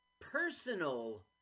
personal